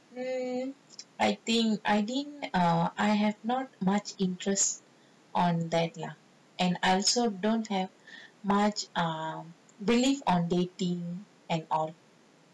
I think I think err I have not much interest on that lah and I also don't have much um belief on dating at all